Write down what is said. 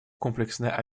комплексная